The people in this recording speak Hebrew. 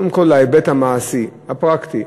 קודם כול ההיבט המעשי, הפרקטי.